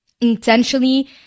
intentionally